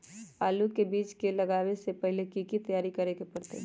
आलू के बीज के लगाबे से पहिले की की तैयारी करे के परतई?